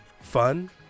fun